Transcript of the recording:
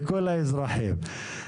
לכל האזרחים.